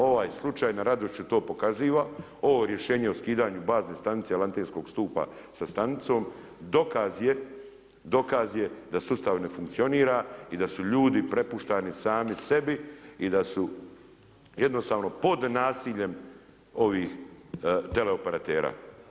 Ovaj slučaj na Radošiću to pokaziva, ovo rješenje o skidanju bazne stanice lanterskog stupa sa stanicom dokaz je da sustav ne funkcionira i da su ljudi prepušteni sami sebi i da su jednostavno pod nasiljem ovih teleoperatera.